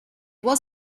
was